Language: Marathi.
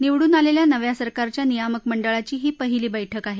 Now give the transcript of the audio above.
निवडून आलेल्या नव्या सरकारच्या नियामक मंडळाची ही पहिली बैठक आहे